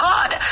God